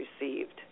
received